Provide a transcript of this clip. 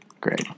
Great